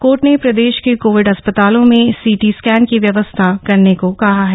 court ने प्रदेश के कोविड अस्पतालों में सिटी स्कैन की व्यवस्था करने को कहा है